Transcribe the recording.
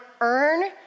earn